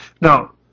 Now